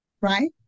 right